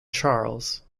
charles